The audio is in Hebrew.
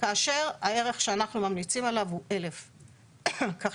כאשר הערך שאנחנו ממליצים עליו הוא 1,000. כך